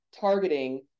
targeting